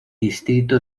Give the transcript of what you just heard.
distrito